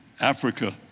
Africa